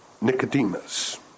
Nicodemus